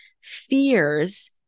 fears